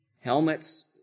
Helmets